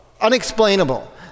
unexplainable